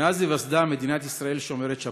מאז היווסדה, מדינת ישראל שומרת שבת.